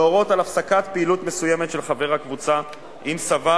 להורות על הפסקת פעילות מסוימת של חבר הקבוצה אם סבר